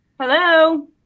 Hello